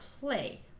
play